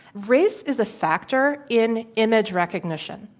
race is a factor in image recognition.